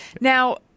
Now